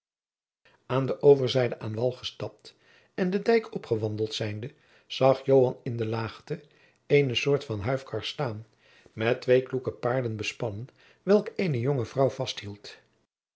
aan de overzijde aan wal gestapt en den dijk opgewandeld zijnde zag joan in de laagte eene soort van huifkar staan met twee kloeke paarden bespannen welke eene jonge vrouw vasthield